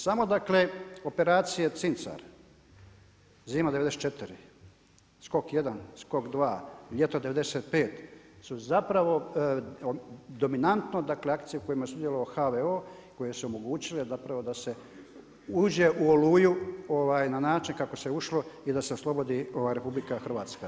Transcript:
Samo dakle, operacije Cincar, Zima '94., Skok 1, Skok 2, Ljeto '95., su zapravo dominantno akcije u kojima je sudjelovao HVO, koje su omogućile da se uđe u Oluju na način kako se ušlo i da se oslobodi RH.